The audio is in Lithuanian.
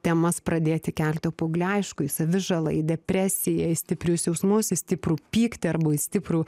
temas pradėti kelti jau paaugliui aišku į savižalą į depresiją į stiprius jausmus į stiprų pyktį arba į stiprų